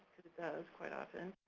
it it does quite often.